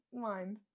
mind